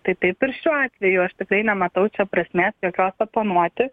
tai taip ir šiuo atveju aš tikrai nematau čia prasmės jokios oponuoti